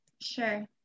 Sure